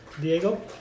Diego